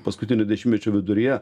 paskutinio dešimtmečio viduryje